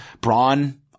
braun